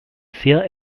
sehr